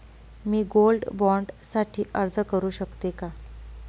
मी gold bond साठी अर्ज करु शकते का?